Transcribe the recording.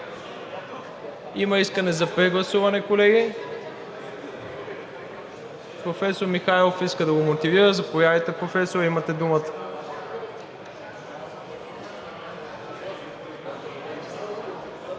Има искане за прегласуване, колеги. Професор Михайлов иска да го мотивира. Заповядайте, Професоре, имате думата.